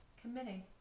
committing